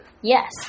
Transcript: Yes